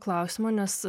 klausimo nes